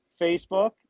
Facebook